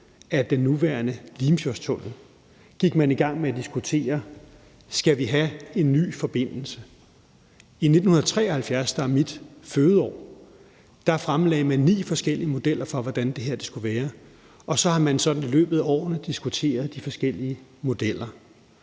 af den nuværende Limfjordstunnel, gik man i gang med at diskutere: Skal vi have en ny forbindelse? I 1973, der er mit fødeår, fremlagde man ni forskellige modeller for, hvordan det her skulle være, og så har man i løbet af årene diskuteret de forskellige modeller.